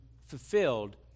fulfilled